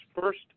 first